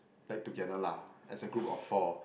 like together lah as a group of four